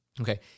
Okay